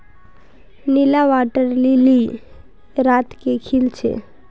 नीला water lily रात के खिल छे